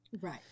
right